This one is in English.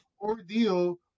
ordeal